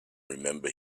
remember